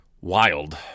Wild